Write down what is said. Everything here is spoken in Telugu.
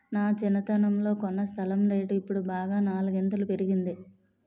నా చిన్నతనంలో కొన్న స్థలం రేటు ఇప్పుడు బాగా నాలుగింతలు పెరిగింది